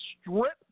strip